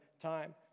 time